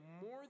more